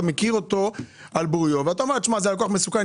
אתה מכיר אותו על בוריו ואתה אומר שזה לקוח מסוכן,